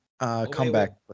comeback